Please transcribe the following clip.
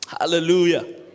hallelujah